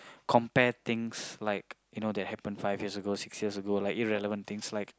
compare things like you know that happen five years ago six years ago like irrelevant things like